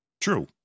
True